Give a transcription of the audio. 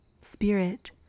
spirit